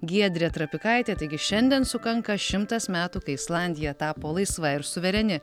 giedrė trapikaitė taigi šiandien sukanka šimtas metų kai islandija tapo laisva ir suvereni